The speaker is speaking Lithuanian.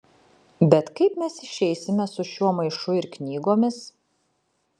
bet kaip mes išeisime su šiuo maišu ir knygomis